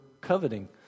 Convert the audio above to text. coveting